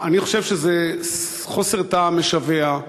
אני חושב שזה חוסר טעם משווע.